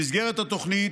במסגרת התוכנית